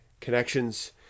connections